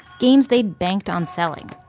games they'd banked on selling.